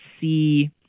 see